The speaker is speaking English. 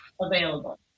available